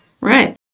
Right